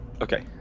Okay